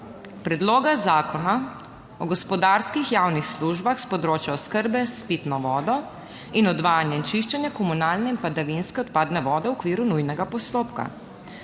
Predloga zakona o gospodarskih javnih službah s področja oskrbe s pitno vodo in odvajanja in čiščenja komunalne in padavinske odpadne vode v okviru nujnega postopka.